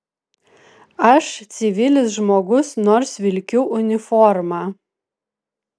aš civilis žmogus nors vilkiu uniformą